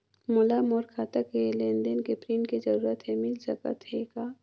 मोला मोर खाता के लेन देन के प्रिंट के जरूरत हे मिल सकत हे का?